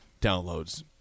downloads